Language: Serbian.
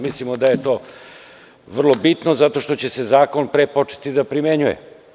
Mislimo da je to vrlo bitno zato što će se zakon pre početi da primenjuje.